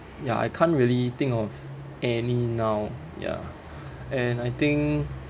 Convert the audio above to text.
ya I can't really think of any now ya and I think